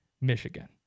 Michigan